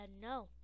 no